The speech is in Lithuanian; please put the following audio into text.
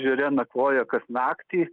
ežere nakvoja kad naktį